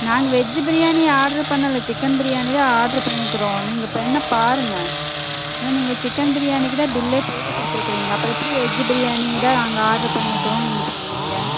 நாங்க veggie biryani order பண்ணலை chicken biryani தான் ஆர்டர் பண்ணிருக்கிறோம் நீங்கள் வேணுணா பாருங்க நீங்கள் சிக்கன் பிரியாணிக்கு தான் பில்லே போட்டு கொடுத்துருக்குறிங்க அப்புறம் எப்படி வெஜ்ஜி பிரியாணி தான் நாங்கள் ஆர்டர் பண்ணிருக்குறோனு நீங்கள் சொல்லுவிங்க